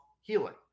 Healing